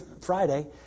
Friday